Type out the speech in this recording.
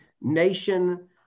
nation